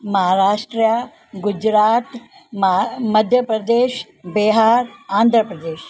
Maharashtra Gujarat Madhya Pradesh Bihar Andhra Pradesh